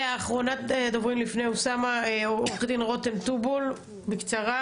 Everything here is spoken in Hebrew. אחרונת הדוברים רותם טובול, נציגת